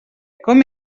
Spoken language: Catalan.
com